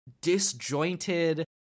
disjointed